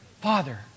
father